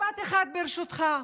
משפט אחד, ברשותך.